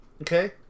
Okay